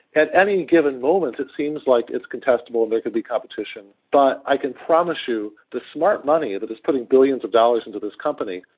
at any given moment it seems like it's contestable and there could be competition, but i can promise you the smart money that is putting billions of dollars into this company,